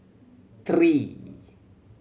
three